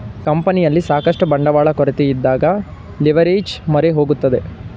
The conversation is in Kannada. ಕಂಪನಿಯಲ್ಲಿ ಸಾಕಷ್ಟು ಬಂಡವಾಳ ಕೊರತೆಯಿದ್ದಾಗ ಲಿವರ್ಏಜ್ ಮೊರೆ ಹೋಗುತ್ತದೆ